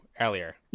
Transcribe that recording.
earlier